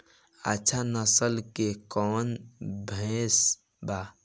अच्छा नस्ल के कौन भैंस बा?